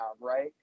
right